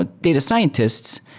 ah data scientists,